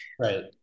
Right